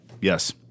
Yes